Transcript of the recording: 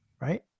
right